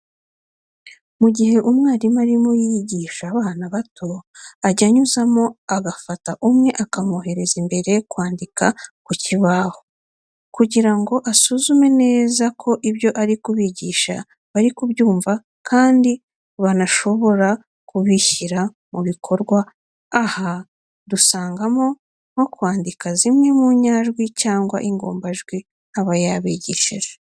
Mu gihe umwarimu arimo yigisha abana bato ajya anyuzamo agafata umwe akamwohereza imbere kwandika ku kibaho, kugira ngo asuzume neza ko ibyo ari kubigisha bari kubyumva kandi ko banashobora kubishyira mubikorwa. Aha dusangamo nko kwandinka z'imwe mu nyajwi cyangwa ingombajwi aba yabigishije.